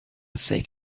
thick